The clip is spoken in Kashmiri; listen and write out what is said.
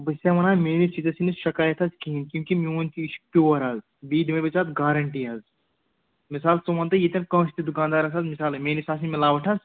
بہٕ چھُسَے وَنان میٛٲنِس چیٖزس نِش شکایت حظ کِہیٖنٛۍ کیونکہِ میٛون چھُ یہِ چھُ پیٛوٗوَر حظ بیٚیہِ دِمے ژےٚ بہٕ اَتھ گارَنٹی حظ مِثال ژٕ وَنتہٕ ییٚتٮ۪ن کٲنٛسہِ تہِ دُکانٛدارَس حظ مِثال میٛٲنِس آسٕنۍ مِلاوَٹھ حظ